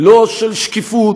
לא של שקיפות,